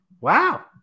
Wow